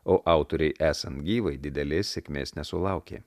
o autorei esant gyvai didelės sėkmės nesulaukė